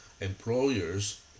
employers